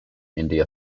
india